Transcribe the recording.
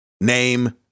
name